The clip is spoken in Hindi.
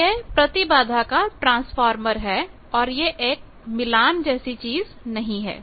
तो यह प्रतिबाधा का ट्रांसफार्मर है और यह एक मिलान जैसी चीज नहीं है